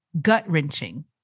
gut-wrenching